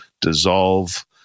dissolve